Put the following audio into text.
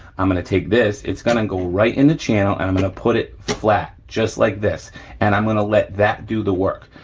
i'm gonna take this, it's gonna go right in the channel and i'm gonna put it flat, just like this and i'm gonna let that do that work.